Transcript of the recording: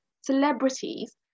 celebrities